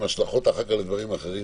עם השלכות אחר כך לדברים אחרים,